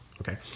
Okay